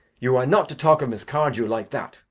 you are not to talk of miss cardew like that.